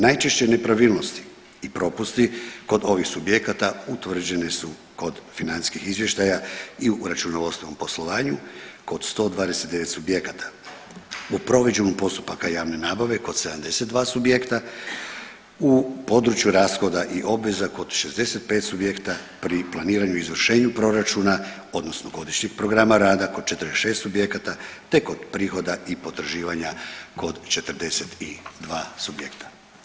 Najčešće nepravilnosti i propusti kod ovih subjekata utvrđene su kod financijskih izvještaja i u računovodstvenom poslovanju kod 129 subjekata, u provođenju postupaka javne nabave kod 72 subjekta, u području rashoda i obveza kod 65 subjekta pri planiranju i izvršenju proračuna, odnosno godišnjeg programa rada kod 46 subjekata, te kod prihoda i potraživanja kod 42 subjekta.